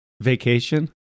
vacation